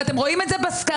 ואתם רואים את זה בסקרים.